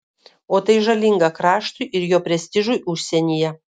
o tai žalinga kraštui ir jo prestižui užsienyje